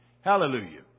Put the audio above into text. Hallelujah